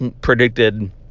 predicted